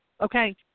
Okay